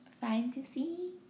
fantasy